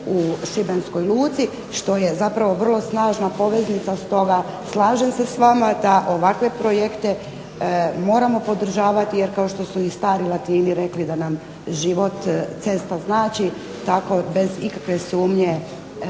u šibenskoj luci što je zapravo vrlo snažna poveznica. Stoga slažem se s vama da ovakve projekte moramo podržavati jer kao što su i stari Latini rekli da nam život cesta znači tako bez ikakve sumnje sa